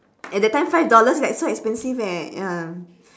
at that time five dollars is like so expensive eh ya